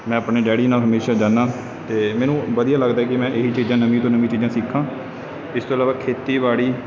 ਮੈਂ ਆਪਣੇ ਡੈਡੀ ਜੀ ਨਾਲ ਹਮੇਸ਼ਾ ਜਾਂਦਾ ਅਤੇ ਮੈਨੂੰ ਵਧੀਆ ਲੱਗਦਾ ਕਿ ਮੈਂ ਇਹੀ ਚੀਜ਼ਾਂ ਨਵੀਆਂ ਤੋਂ ਨਵੀਆਂ ਚੀਜ਼ਾਂ ਸਿੱਖਾਂ ਇਸ ਤੋਂ ਇਲਾਵਾ ਖੇਤੀਬਾੜੀ